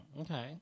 okay